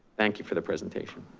thank you for the presentation.